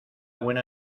buena